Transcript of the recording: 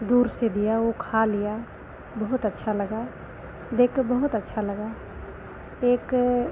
दूर से दिया वह खा लिया बहुत अच्छा लगा देखकर बहुत अच्छा लगा एक